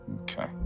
Okay